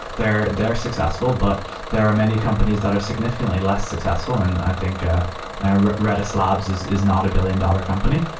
they're they're successful, but there are many companies that are significantly less successful, and i think ah redis labs is is not a billion-dollar company.